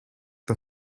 the